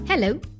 Hello